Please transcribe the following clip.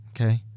Okay